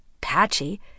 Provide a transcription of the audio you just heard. patchy